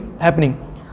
happening